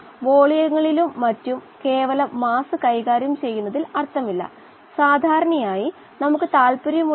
നിങ്ങൾ വാതകഘട്ടത്തിന്റെ ഘടന മാറ്റുകയാണെങ്കിൽ ദ്രാവകത്തിലെ സന്തുലിതാവസ്ഥയുടെ ഗാഢതയും മാറും